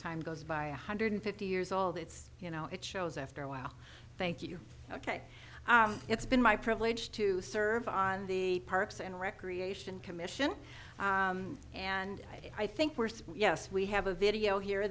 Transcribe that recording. time goes by a hundred fifty years old it's you know it shows after a while thank you ok it's been my privilege to serve on the parks and recreation commission and i think we're so yes we have a video here